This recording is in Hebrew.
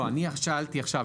אני שאלתי עכשיו,